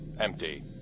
empty